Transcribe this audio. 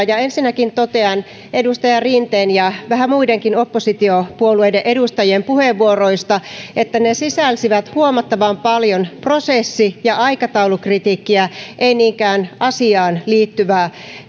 ja ensinnäkin totean edustaja rinteen ja vähän muidenkin oppositiopuolueiden edustajien puheenvuoroista että ne ne sisälsivät huomattavan paljon prosessi ja aikataulukritiikkiä eivät niinkään asiaan liittyvää